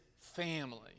family